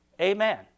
Amen